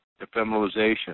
ephemeralization